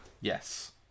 Yes